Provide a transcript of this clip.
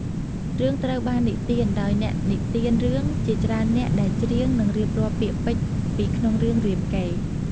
រឿងត្រូវបាននិទាន ដោយអ្នកនិទានរឿងជាច្រើននាក់ដែលច្រៀង និងរៀបរាប់ពាក្យពេចន៍ពីក្នុងរឿងរាមកេរ្តិ៍។